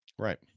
Right